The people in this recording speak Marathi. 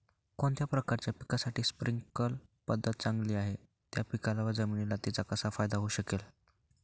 कोणत्या प्रकारच्या पिकासाठी स्प्रिंकल पद्धत चांगली आहे? त्या पिकाला व जमिनीला तिचा कसा फायदा होऊ शकेल?